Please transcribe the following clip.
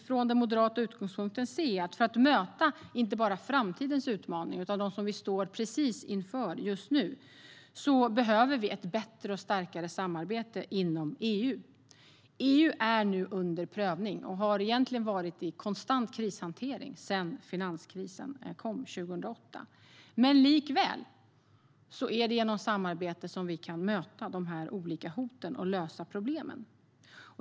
Från den moderata utgångspunkten kan jag se att vi, för att möta inte bara framtidens utmaningar utan även dem som vi står inför precis nu, behöver ett bättre och starkare samarbete inom EU. EU är nu under prövning och har egentligen varit i konstant krishantering sedan finanskrisen kom 2008. Men det är likväl genom samarbete vi kan möta de olika hoten och lösa problemen.